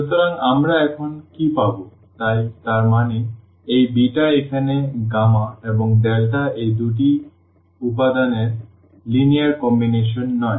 সুতরাং আমরা এখন কী পাব তাই তার মানে এই বিটা এখানে গামা এবং ডেল্টা এই দুটি উপাদানের লিনিয়ার কম্বিনেশন নয়